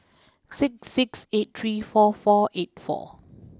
six six eight three four four eight four